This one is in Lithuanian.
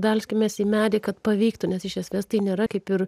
belskimės į medį kad pavyktų nes iš esmės tai nėra kaip ir